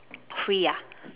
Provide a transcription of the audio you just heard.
free ah